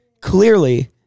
clearly